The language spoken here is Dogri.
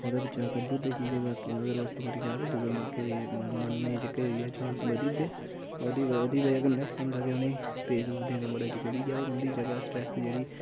ओह्दे बिच्चा कड्डी ओड़दे कि के बाकी अगर इक मरी जा ते दुए मुर्गे बी मरने जेह्के इयै चान्स बधी जंदे ओह्दी बजह् ओह्दी बजह् कन्नै केह् होंदा उ'नेंगी स्पेस स्पूस देना बड़ा जरूरी ऐ होर उं'दी जादा स्ट्रेस जेह्ड़ी